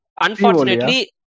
unfortunately